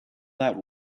that